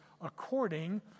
according